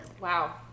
Wow